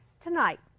Tonight